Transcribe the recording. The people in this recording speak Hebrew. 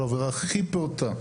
כל עבירה הכי פעוטה.